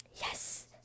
Yes